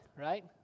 right